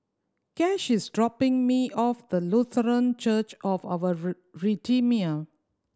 Cash is dropping me off the Lutheran Church of Our Redeemer